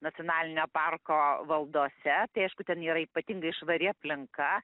nacionalinio parko valdose tai aišku ten yra ypatingai švari aplinka